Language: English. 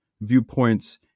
viewpoints